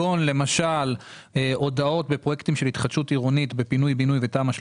התיקון הוא קטן; מדובר בסעיף מסגרת, של הסמכה.